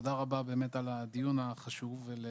תודה רבה על הדיון החשוב הזה, ולמיכל,